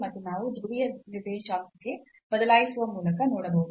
ಮತ್ತೆ ನಾವು ಧ್ರುವೀಯ ನಿರ್ದೇಶಾಂಕಕ್ಕೆ ಬದಲಾಯಿಸುವ ಮೂಲಕ ನೋಡಬಹುದು